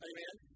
Amen